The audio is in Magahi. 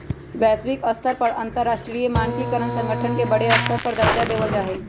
वैश्विक स्तर पर अंतरराष्ट्रीय मानकीकरण संगठन के बडे स्तर पर दर्जा देवल जा हई